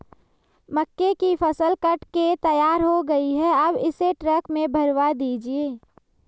मक्के की फसल कट के तैयार हो गई है अब इसे ट्रक में भरवा दीजिए